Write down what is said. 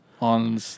on